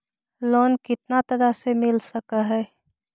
Loan कितना तरह से मिल सक है?